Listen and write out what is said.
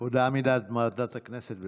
ועדת הכנסת.